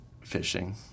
Fishing